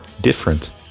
different